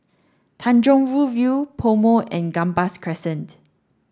Tanjong Rhu View PoMo and Gambas Crescent